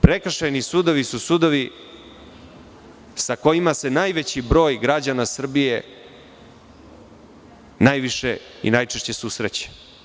Prekršajni sudovi su sudovi sa kojima se najveći broj građana Srbije najviše i najčešće susreće.